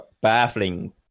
baffling